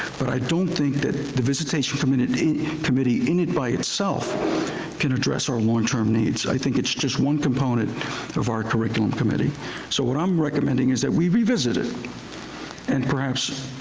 but i don't think that the visitation committee committee in and by itself can address our longterm needs. i think it's just one component of our curriculum committee so what i'm recommending is that we revisit it and perhaps